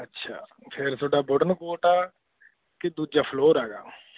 ਅੱਛਾ ਫਿਰ ਤੁਹਾਡਾ ਵੁਡਨ ਪੋਰਟ ਆ ਕਿ ਦੂਜਾ ਫਲੋਰ ਐਗਾ